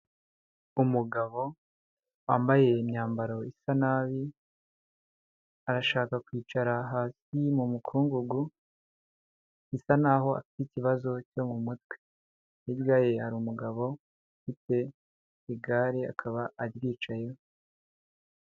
Umugabo wambaye imyambaro isa nabi, arashaka kwicara hasi mu mukungugu, bisa naho afite ikibazo cyo mu mutwe. Hirya ye hari umugabo ufite igare akaba aryicayeho.